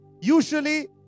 Usually